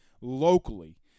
locally